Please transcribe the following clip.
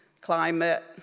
climate